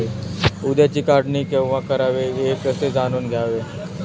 कांद्याची काढणी केव्हा करावी हे कसे जाणून घ्यावे?